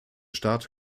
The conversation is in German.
staat